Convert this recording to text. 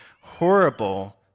horrible